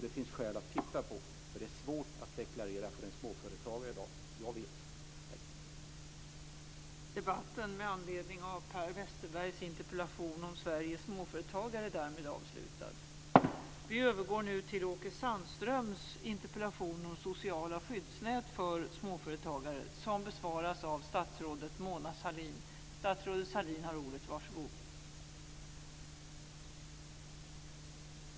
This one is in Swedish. Det finns skäl att titta på detta, för det är svårt i dag för en småföretagare att deklarera - jag vet.